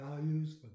values